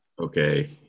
okay